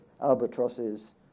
albatrosses